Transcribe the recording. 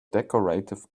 decorative